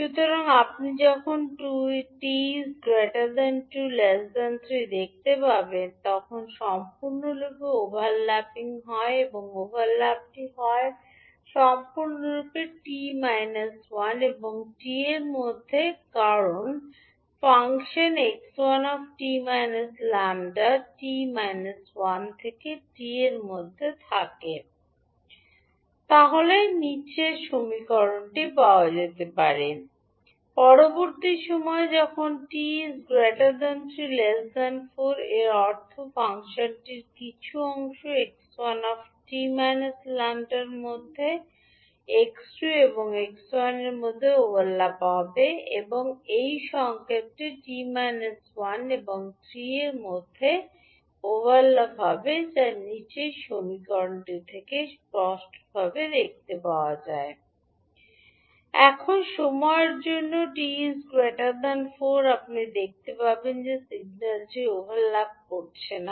সুতরাং আপনি যখন 2 𝑡 3 দেখতে পাবেন তখন সম্পূর্ণরূপে ওভারল্যাপিং হয় এবং ওভারল্যাপটি হয় সম্পূর্ণরূপে 𝑡 1 এবং 𝑡 এর মধ্যে কারণ ফাংশন 𝑥1 𝑡 𝜆 𝑡 1 থেকে 𝑡 এর মধ্যে থাকে 𝑡 তো কি হবে পরবর্তী সময় যখন 3 𝑡 4 এর অর্থ এই ফাংশনটির কিছু অংশ 𝑥1 𝑡 𝜆 এর মধ্যে x2 এবং 𝑥1 এর মধ্যে ওভারল্যাপ হবে এবং এই সংকেতগুলি 𝑡 1 এবং 3 এর মধ্যে ওভারল্যাপ হবে এখন সময়ের জন্য 𝑡 4 আপনি দেখতে পাবেন যে এখন সিগন্যালটি ওভারল্যাপিং করছে না